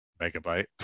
megabyte